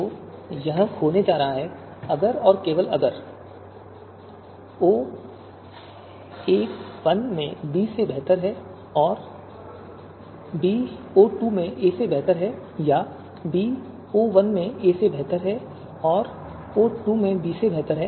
तो यह होने जा रहा है अगर और केवल अगर ओ 1 में बी से बेहतर है लेकिन बी ओ 2 में ए से बेहतर है या बी ओ 1 में ए से बेहतर है और ओ 2 में बी से बेहतर है